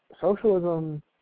socialism